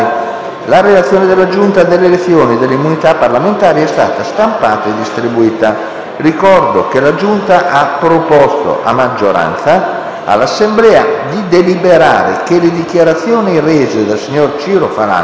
La relazione della Giunta delle elezioni e delle immunità parlamentari è stata stampata e distribuita. Ricordo che la Giunta ha proposto, a maggioranza, all'Assemblea di deliberare che le dichiarazioni rese dal signor Ciro Falanga,